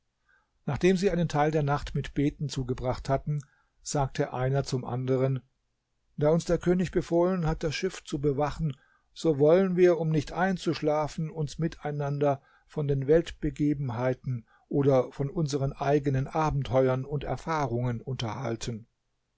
nachdem sie einen teil der nacht mit beten zugebracht hatten sagte einer zum anderen da uns der könig befohlen hat das schiff zu bewachen so wollen wir um nicht einzuschlafen uns miteinander von den weltbegebenheiten oder von unseren eigenen abenteuern und erfahrungen unterhalten